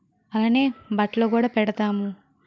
అలానే బట్టలు కూడా పెడతాము